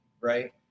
Right